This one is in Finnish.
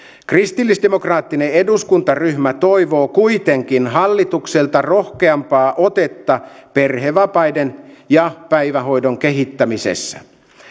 kristillisdemokraattinen eduskuntaryhmä toivoo kuitenkin hallitukselta rohkeampaa otetta perhevapaiden ja päivähoidon kehittämisessä